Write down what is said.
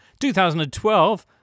2012